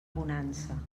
bonança